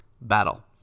battle